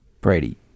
Brady